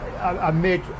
amid